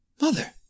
Mother